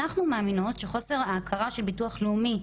אנחנו מאמינות שחוסר ההכרה של ביטוח לאומי,